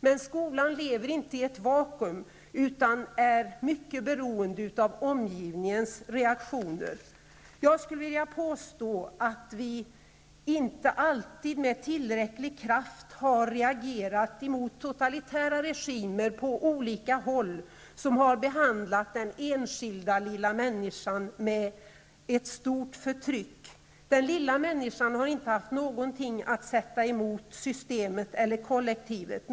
Men skolan lever inte i ett vakuum utan är mycket beroende av omgivningens reaktioner. Jag skulle vilja påstå att vi inte alltid med tillräcklig kraft har reagerat mot totalitära regimer på olika håll vilka har behandlat den enskilda lilla människan med ett stort förtryck. Den lilla människan har inte haft någonting att sätta upp emot systemet eller kollektivet.